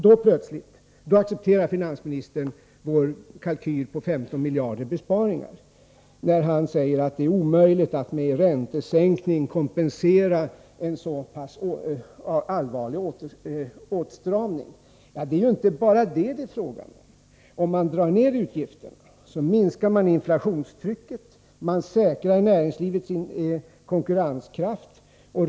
Då plötsligt accepterar finansministern vår kalkyl på 15 miljarder i besparingar. Han säger att det är omöjligt att med en räntesänkning kompensera en så pass allvarlig åtstramning. Det är inte bara det som det är fråga om. Om man drar ned utgifterna, minskas inflationstrycket och säkras näringslivets konkurrenskraft.